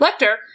Lecter